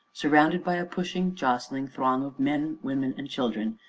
surrounded by a pushing, jostling throng of men, women, and children,